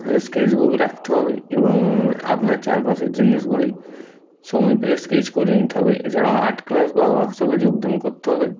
sketch book রাখতে হবে এবং আপনার চারপাশের জিনিসগুলি সময় পেলে স্কেচ করে নিতে হবে এছাড়া আর্ট ক্লাস বা ওয়ার্কশপে যোগদান করতে হবে